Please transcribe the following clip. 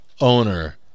owner